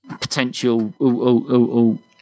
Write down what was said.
potential